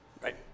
Right